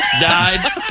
died